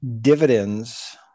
dividends